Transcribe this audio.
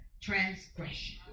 transgression